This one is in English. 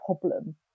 problem